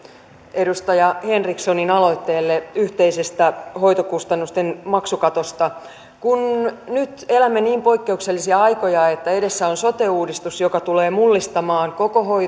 edustaja henrikssonin aloitteelle yhteisestä hoitokustannusten maksukatosta kun nyt elämme niin poikkeuksellisia aikoja että edessä on sote uudistus joka tulee mullistamaan koko